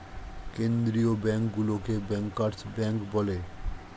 কেন্দ্রীয় ব্যাঙ্কগুলোকে bankers bank বলে